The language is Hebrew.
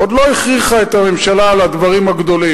עוד לא הכריחה את הממשלה על הדברים הגדולים.